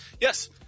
Yes